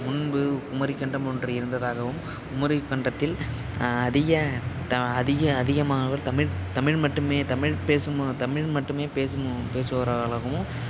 முன்பு குமரிக்கண்டம் ஒன்று இருந்ததாகவும் குமரிக்கண்டத்தில் அதிக த அதிக அதிகமாக தமிழ் தமிழ் மட்டுமே தமிழ் பேசும் தமிழ் மட்டுமே பேசும் பேசுபவர்களாகவும்